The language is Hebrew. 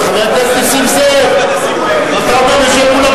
100 פעמים,